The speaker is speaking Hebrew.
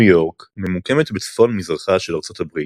ניו יורק ממוקמת בצפון-מזרחה של ארצות הברית,